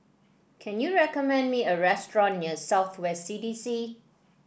can you recommend me a restaurant near South West C D C